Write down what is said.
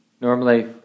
Normally